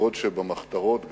בעוד שבמחתרות,